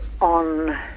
on